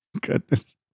Goodness